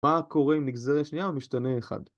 מה קורה אם נגזר שנייה ומשתנה אחד?